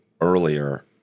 earlier